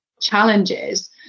challenges